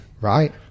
right